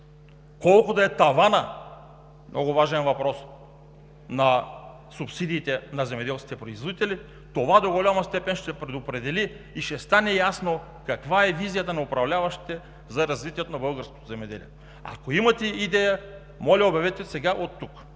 колко да е таванът – много важен въпрос, на субсидиите на земеделските производители, това до голяма степен ще предопредели и ще стане ясно каква е визията на управляващите за развитието на българското земеделие. Ако имате идея, моля, обявете сега оттук.